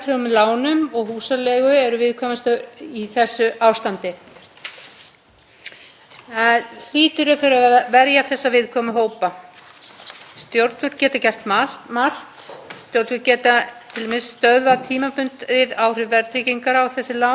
stjórnvöld geta gert margt. Stjórnvöld geta t.d. stöðvað tímabundið áhrif verðtryggingar á þessi lán en ég hef sérstaklega áhyggjur af unga fólkinu sem er að kaupa sína fyrstu eign. Ég held að skuldastaða þeirra sé ekki